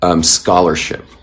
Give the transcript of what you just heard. scholarship